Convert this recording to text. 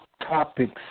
topics